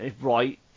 Right